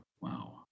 Wow